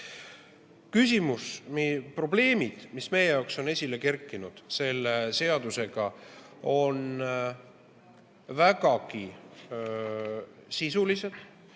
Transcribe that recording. Küsimused ja probleemid, mis meie jaoks on esile kerkinud selle seadusega, on vägagi sisulised